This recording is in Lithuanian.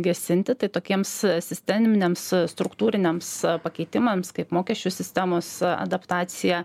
gesinti tai tokiems sisteminiams struktūriniams pakeitimams kaip mokesčių sistemos adaptacija